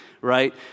right